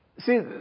see